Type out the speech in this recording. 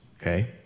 okay